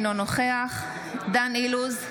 אינו נוכח דן אילוז,